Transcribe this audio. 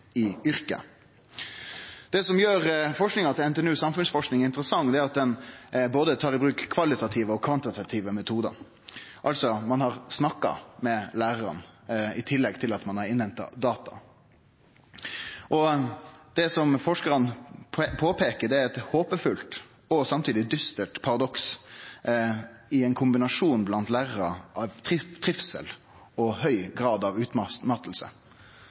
i yrket. Det som gjer forskinga til NTNU Samfunnsforskning interessant, er at dei tar i bruk både kvalitative og kvantitative metodar, altså ein har snakka med lærarar i tillegg til at ein har henta inn data. Det som forskarane påpeiker, er eit håpefullt og samtidig dystert paradoks i ein kombinasjon blant lærarar – det er trivsel og høg grad av